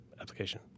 application